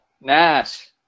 Nash